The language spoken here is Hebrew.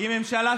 והינה,